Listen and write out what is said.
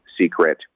secret